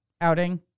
outing